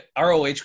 ROH